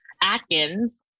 Atkins